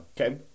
Okay